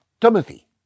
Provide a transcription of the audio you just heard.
Timothy